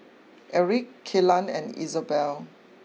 Erik Kellan and Isobel